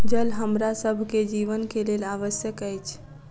जल हमरा सभ के जीवन के लेल आवश्यक अछि